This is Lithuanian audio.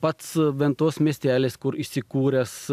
pats ventos miestelis kur įsikūręs